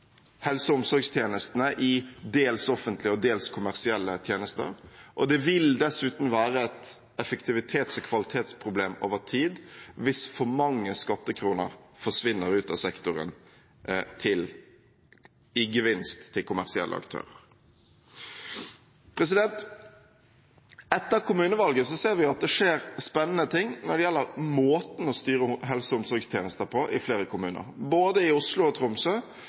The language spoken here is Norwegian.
helse- og omsorgstjenestene i dels offentlige og dels kommersielle tjenester. Det vil dessuten være et effektivitets- og kvalitetsproblem over tid hvis for mange skattekroner forsvinner ut av sektoren i gevinst til kommersielle aktører. Etter kommunevalget ser vi at det skjer spennende ting når det gjelder måten å styre helse- og omsorgstjenester på, i flere kommuner. Både i Oslo og Tromsø